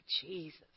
Jesus